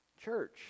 Church